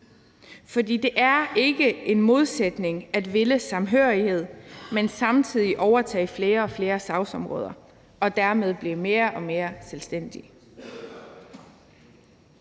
For det er ikke en modsætning at ville samhørighed, men samtidig overtage flere og flere sagsområder og derved blive mere og mere selvstændig.